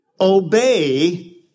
obey